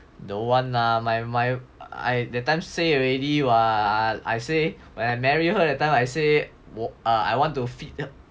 don't want lah my my I that time say already [what] I say when I marry her that time I say I want to feed